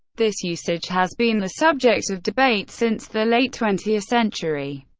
this usage has been the subject of debate since the late twentieth century.